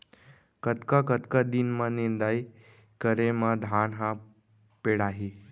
कतका कतका दिन म निदाई करे म धान ह पेड़ाही?